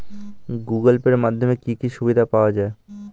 Google Pay এর মাধ্যমে কি কি সুবিধা পাওয়া যায়?